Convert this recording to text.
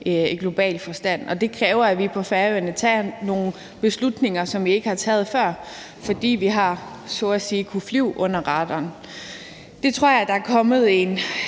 i global forstand. Det kræver, at vi på Færøerne tager nogle beslutninger, som vi ikke har taget før, fordi vi så at sige har kunnet flyve under radaren. Det tror jeg at folk på